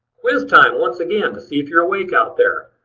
quiz time once again to see if you're awake out there.